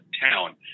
town